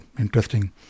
interesting